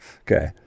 Okay